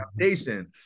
Foundation